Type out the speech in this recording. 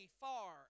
far